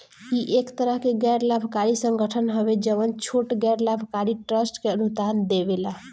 इ एक तरह के गैर लाभकारी संगठन हवे जवन छोट गैर लाभकारी ट्रस्ट के अनुदान देवेला